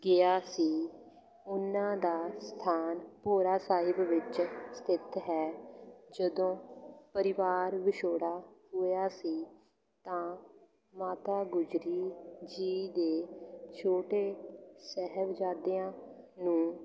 ਗਿਆ ਸੀ ਉਹਨਾਂ ਦਾ ਸਥਾਨ ਭੋਰਾ ਸਾਹਿਬ ਵਿੱਚ ਸਥਿਤ ਹੈ ਜਦੋਂ ਪਰਿਵਾਰ ਵਿਛੋੜਾ ਹੋਇਆ ਸੀ ਤਾਂ ਮਾਤਾ ਗੁਜਰੀ ਜੀ ਦੇ ਛੋਟੇ ਸਾਹਿਬਜ਼ਾਦਿਆਂ ਨੂੰ